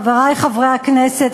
חברי חברי הכנסת,